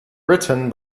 written